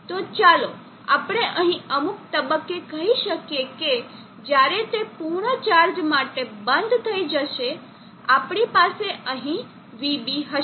તો ચાલો આપણે અહીં અમુક તબક્કે કહી શકીએ કે જ્યારે તે પૂર્ણ ચાર્જ માટે બંધ થઈ જશે આપણી પાસે અહીં vB હશે